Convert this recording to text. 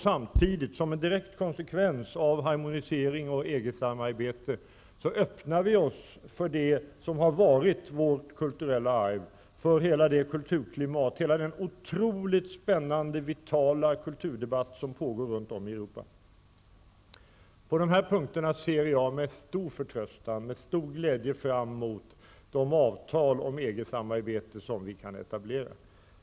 Samtidigt som en direkt konsekvens av harmonisering och EG-samarbete öppnar vi oss för det som har varit vårt kulturella arv, för hela kulturklimatet, hela den otroligt spännande och vitala kulturdebatt som pågår runt om i Europa. I alla dessa avseenden ser jag med stor förtröstan och med stor glädje fram emot de avtal om EG samarbete som vi kan etablera.